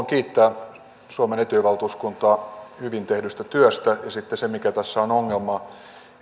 kiittää suomen etyj valtuuskuntaa hyvin tehdystä työstä sitten se mikä tässä on ongelma